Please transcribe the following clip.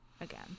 again